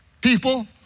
people